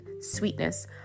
sweetness